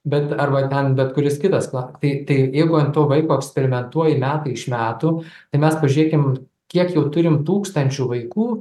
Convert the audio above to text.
bet arba bent bet kuris kitas kla kai tai jeigu ant to vaiko eksperimentuoji metai iš metų tai mes pažiūrėkim kiek jau turim tūkstančių vaikų